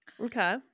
Okay